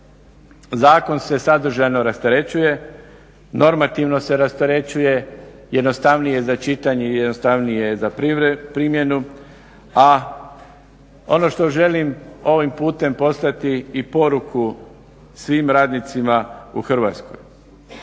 Zakon se sadržajno rasterećuje, normativno se rasterećuje, jednostavnije je za čitanje i jednostavnije za primjenu. A ono što želim ovim putem poslati i poruku svim radnicima u Hrvatskoj.